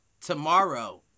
tomorrow